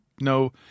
No